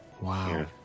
Wow